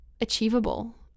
achievable